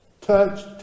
Touch